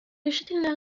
решительно